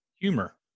humor